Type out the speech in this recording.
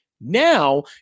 Now